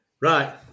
Right